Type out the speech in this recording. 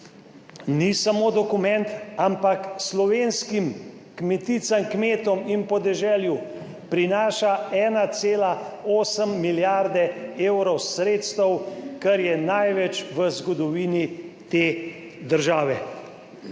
ni samo dokument, ampak slovenskim kmeticam, kmetom in podeželju prinaša 1,8 milijarde evrov sredstev, kar je največ v zgodovini te države.